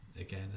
again